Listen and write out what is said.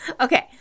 Okay